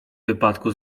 wypadku